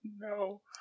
no